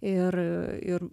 ir ir